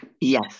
Yes